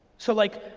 so like,